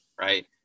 Right